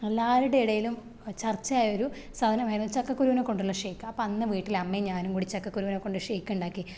എല്ലാവരുടെ ഇടയിലും ചർച്ചയായൊരു സാധനമായിരുന്നു ചക്കക്കുരുനെ കൊണ്ടുള്ള ഷേക്ക് അപ്പം അന്ന് വീട്ടിൽ അമ്മേം ഞാനും കൂടി ചക്കക്കുരുനെ കൊണ്ട് ഷേക്ക്ണ്ടാക്കി